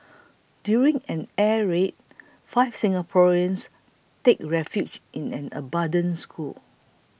during an air raid five Singaporeans take refuge in an abandoned school